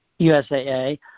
USAA